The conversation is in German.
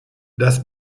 das